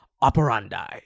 operandi